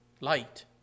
Light